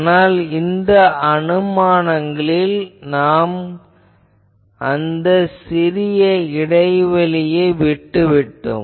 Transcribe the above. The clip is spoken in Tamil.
ஆனால் இந்த அனுமானங்களில் நாம் அந்த சிறிய இடைவெளியை விட்டுவிட்டோம்